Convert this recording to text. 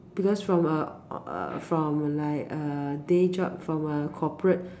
because from a uh from a like a day job from a corporate